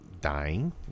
dying